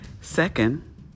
second